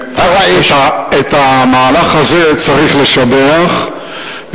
את המהלך הזה צריך לשבח,